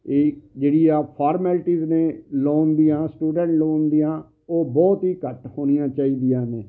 ਇਹ ਜਿਹੜੀਆਂ ਫਾਰਮੈਲਟੀਜ ਨੇ ਲੋਨ ਦੀਆਂ ਸਟੂਡੈਂਟ ਲੋਨ ਦੀਆਂ ਉਹ ਬਹੁਤ ਹੀ ਘੱਟ ਹੋਣੀਆਂ ਚਾਹੀਦੀਆਂ ਨੇ